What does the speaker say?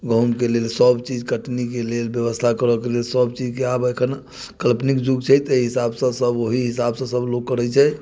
गहूँमके लेल सब चीज कटनीके लेल व्यवस्था करक लेल सब चीजके आब एखन कल्पनिक युग छै ताहि हिसाबसँ सब ओहि हिसाबसँ सब लोग करैत छै